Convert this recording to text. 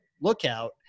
lookout